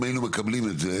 אם היינו מקבלים את זה,